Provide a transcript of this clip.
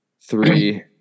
three